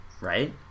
right